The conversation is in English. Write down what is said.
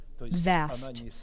vast